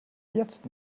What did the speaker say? jetzt